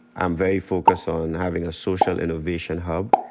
i'm very focused on having a social innovation hub.